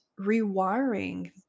rewiring